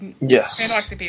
yes